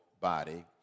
body